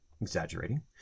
exaggerating